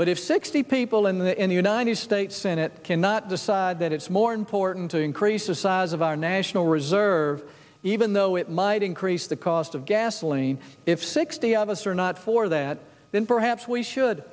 but if sixty people in the united states senate cannot decide that it's more important to increase the size of our national reserve even though it might increase the cost of gasoline if sixty of us are not for that then perhaps we should